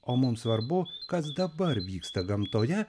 o mum svarbu kas dabar vyksta gamtoje